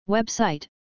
Website